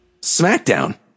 Smackdown